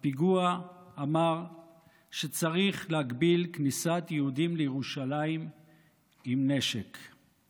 הפיגוע אמר שצריך להגביל כניסת יהודים עם נשק לירושלים,